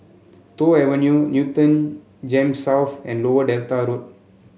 Toh Avenue Newton Gems South and Lower Delta Road